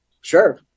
Sure